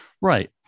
Right